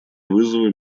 вызовы